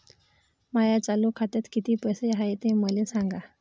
माया चालू खात्यात किती पैसे हाय ते मले सांगा